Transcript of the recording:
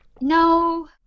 no